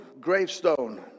gravestone